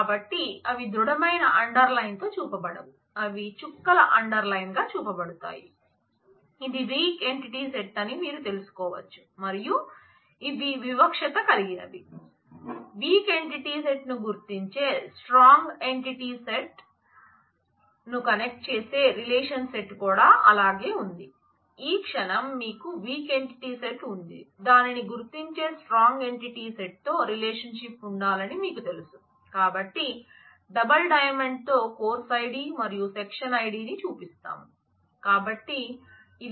కాబట్టి అవి దృఢమైన అండర్లైన్తో చూపబడవు అవి చుక్కల అండర్లైన్గా చూపబడతాయి ఇది వీక్ ఎంటిటీ సెట్ అని మీరు తెలుసుకోవచ్చు మరియు ఇవి వివక్షత కలిగినవి